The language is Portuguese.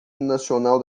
nacional